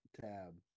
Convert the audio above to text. tab